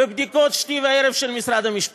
ובבדיקות שתי וערב של משרד המשפטים.